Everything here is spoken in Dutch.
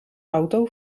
auto